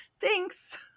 thanks